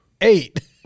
eight